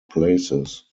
places